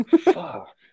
Fuck